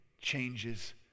changes